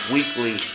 Weekly